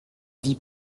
vies